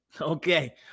Okay